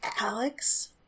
Alex